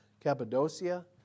Cappadocia